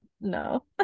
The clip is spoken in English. no